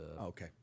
okay